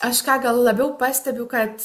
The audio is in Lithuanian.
aš ką gal labiau pastebiu kad